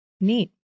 Neat